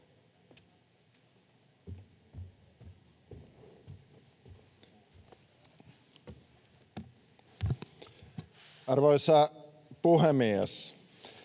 Arvoisa puhemies!